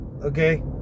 Okay